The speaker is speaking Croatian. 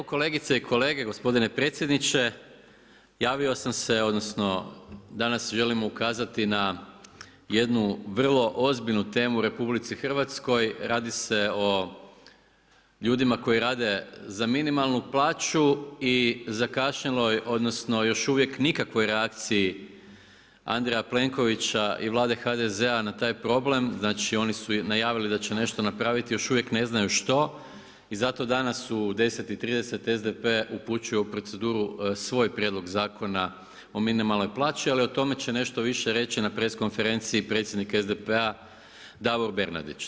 Kolegice i kolege, gospodine predsjedniče, javio sam se odnosno danas želim ukazati na jednu vrlo ozbiljnu temu u RH, radi se o ljudima koji rade za minimalnu plaću i zakašnjeloj odnosno još nikakvoj reakciji Andreja Plenkovića i Vlade HDZ-a na taj problem, znači oni su najavili da će nešto napraviti, još uvijek ne znaju što i zato danas u 10.30 SDP upućuje u proceduru svoj Prijedlog zakona o minimalnoj plaći, ali o tome će nešto više reći na press konferenciji predsjednik SDP-a Davor Bernardić.